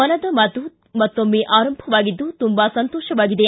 ಮನದ ಮಾತು ಮತ್ತೊಮ್ಮೆ ಆರಂಭವಾಗಿದ್ದು ತುಂಬಾ ಸಂತೋಷವಾಗಿದೆ